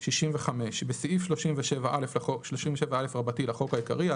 65. בסעיף 37א לחוק העיקרי,